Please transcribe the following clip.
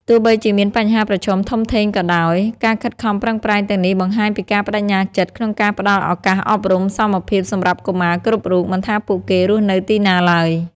ទោះបីជាមានបញ្ហាប្រឈមធំធេងក៏ដោយ ការខិតខំប្រឹងប្រែងទាំងនេះបង្ហាញពីការប្តេជ្ញាចិត្តក្នុងការផ្តល់ឱកាសអប់រំសមភាពសម្រាប់កុមារគ្រប់រូប មិនថាពួកគេរស់នៅទីណាឡើយ។